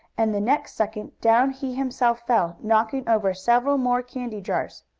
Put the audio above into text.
and, the next second down he himself fell, knocking over several more candy jars.